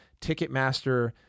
Ticketmaster